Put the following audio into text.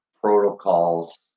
protocols